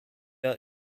are